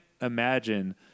imagine